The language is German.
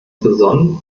besonnen